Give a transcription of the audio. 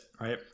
right